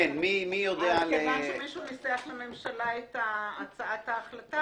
אז כיוון שמישהו ניסח לממשלה את הצעת ההחלטה,